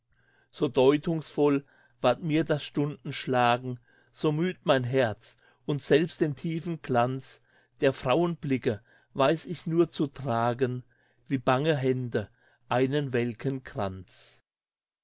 so deutungsvoll ward mir das stundenschlagen so müd mein herz und selbst den tiefen glanz der frauenblicke weiß ich nur zu tragen wie bange hände einen welken kranz